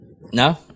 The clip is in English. No